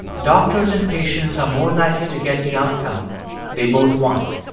doctors and patients are more likely to get the outcome they both want